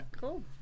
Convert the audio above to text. cool